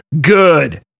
good